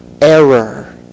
error